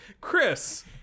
chris